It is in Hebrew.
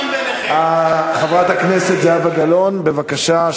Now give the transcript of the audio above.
חברת הכנסת זהבה גלאון, בבקשה.